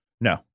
No